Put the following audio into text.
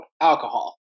Alcohol